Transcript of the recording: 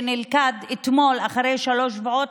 שנלכד אתמול אחרי שלושה שבועות,